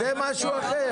זה משהו אחר.